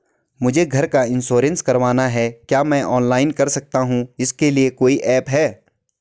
मुझे घर का इन्श्योरेंस करवाना है क्या मैं ऑनलाइन कर सकता हूँ इसके लिए कोई ऐप है?